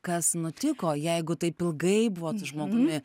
kas nutiko jeigu taip ilgai buvot žmogumi